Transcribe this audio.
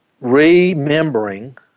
remembering